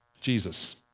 Jesus